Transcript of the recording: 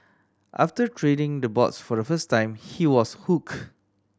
after treading the boards for the first time he was hooked